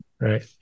Right